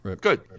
Good